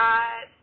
God